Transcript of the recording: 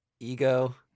ego